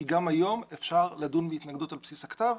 כי גם היום אפשר לדון בהתנגדות על בסיס הכתב.